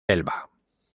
elba